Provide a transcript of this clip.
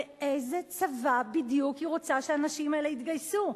לאיזה צבא בדיוק היא רוצה שהנשים האלה יתגייסו,